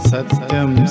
Satyam